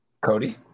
Cody